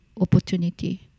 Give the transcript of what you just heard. opportunity